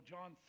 John